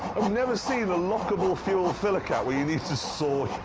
i've never seen a lockable fuel filler cap where you need to saw it.